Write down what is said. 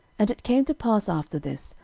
and it came to pass after this,